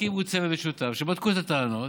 הקימו צוות משותף, שבדק את הטענות.